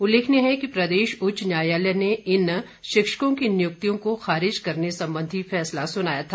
उल्लेखनीय है कि प्रदेश उच्च न्यायालय ने इन शिक्षकों की नियुक्तियों को खारिज करने संबंधी फैसला सुनाया था